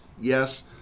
yes